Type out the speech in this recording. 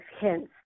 hints